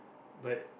but